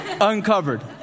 uncovered